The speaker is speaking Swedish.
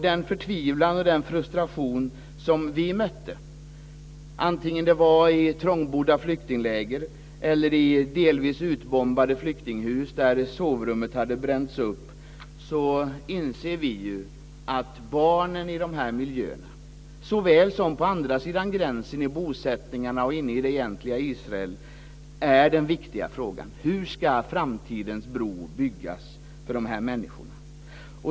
Den förtvivlan och den frustration som vi mötte, oavsett om det var i trångbodda flyktingläger eller i delvis utbombade flyktinghus där sovrummet hade bränts upp, gjorde att vi insåg att den viktiga frågan för barnen i dessa miljöer såväl som på andra sidan gränsen i bosättningarna och inne i det egentliga Israel är denna: Hur ska framtidens bro byggas för dessa människor?